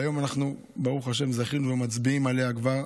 והיום ברוך השם זכינו ומצביעים עליה כבר.